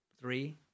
three